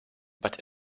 but